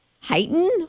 heighten